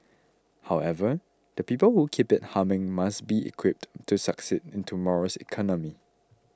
however the people who keep it humming must be equipped to succeed in tomorrow's economy